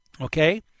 Okay